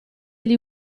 gli